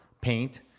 paint